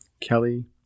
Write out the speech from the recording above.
Kelly